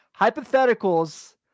Hypotheticals